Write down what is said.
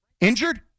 Injured